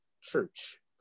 church